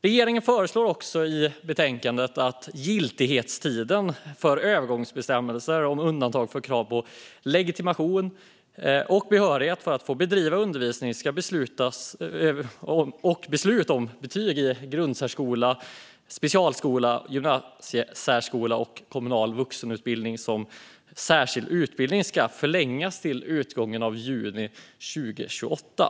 Regeringen föreslår också i betänkandet att giltighetstiden för övergångsbestämmelser om undantag från krav på legitimation och behörighet för att få bedriva undervisning och besluta om betyg i grundsärskola, specialskola, gymnasiesärskola och kommunal vuxenutbildning som särskild utbildning ska förlängas till utgången av juni 2028.